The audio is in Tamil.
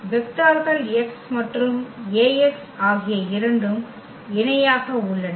வெக்டார்கள் x மற்றும் Ax ஆகிய இரண்டும் இணையாக உள்ளன